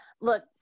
look